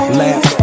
laugh